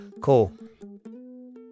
cool